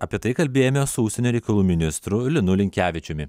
apie tai kalbėjomės su užsienio reikalų ministru linu linkevičiumi